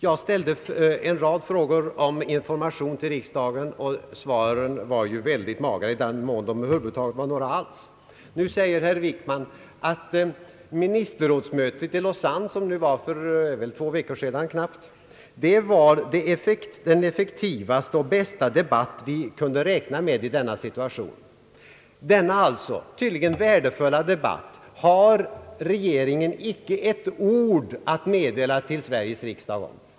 Jag ställde en rad frågor om information till riksdagen, och svaren var ju väldigt magra, i den mån det över huvud taget var några svar alls. Nu säger herr Wickman att ministerrådsmötet i Lausanne, som ägde rum för knappt två veckor sedan, var den effektivaste och bästa debatt vi kunde räkna med i denna situation. Om denna tydligen värdefulla debatt har regeringen icke ett ord att meddela till Sveriges riksdag.